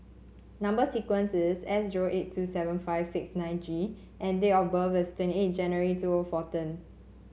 number sequence is S zero eight two seven five six nine G and date of birth is twenty eight January two O